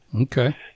Okay